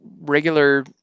regular